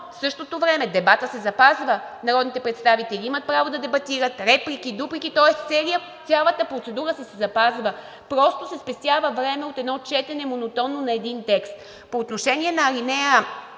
същото време дебатът се запазва. Народните представители имат право да дебатират – реплики, дуплики, тоест цялата процедура си се запазва. Просто се спестява време от едно монотонно четене на един текст и то няма да се